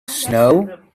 snow